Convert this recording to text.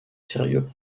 sérieux